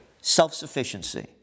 self-sufficiency